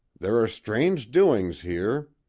there are strange doings here.